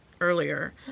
earlier